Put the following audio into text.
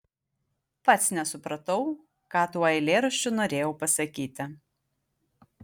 pats nesupratau ką tuo eilėraščiu norėjau pasakyti